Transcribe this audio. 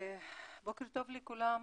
בוקר טוב לכולם.